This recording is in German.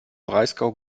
breisgau